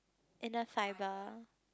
inner fiber